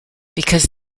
because